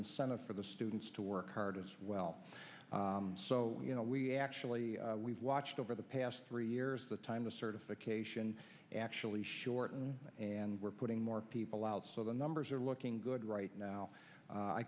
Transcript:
incentive for the students to work hard as well so you know we actually we've watched over the past three years the time the certification actually shorten and we're putting more people out so the numbers are looking good right now